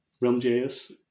Realm.js